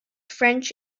french